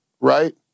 right